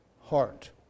heart